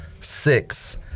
six